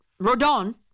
Rodon